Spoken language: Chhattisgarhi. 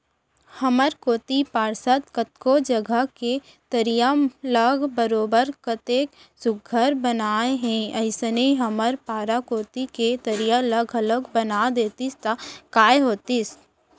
हमर कोती पार्षद कतको जघा के तरिया ल बरोबर कतेक सुग्घर बनाए हे अइसने हमर पारा कोती के तरिया ल घलौक बना देतिस त काय होतिस